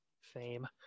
fame